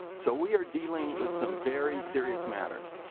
so we are dealing with some very serious matters.